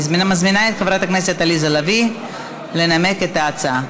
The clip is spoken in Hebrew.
אני מזמינה את חברת הכנסת עליזה לביא לנמק את ההצעה.